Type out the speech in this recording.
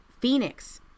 Phoenix